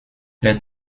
les